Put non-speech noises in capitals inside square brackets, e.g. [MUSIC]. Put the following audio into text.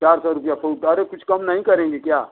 चार सौ रुपया [UNINTELLIGIBLE] अरे कुछ कम नहीं करेंगे क्या